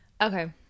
Okay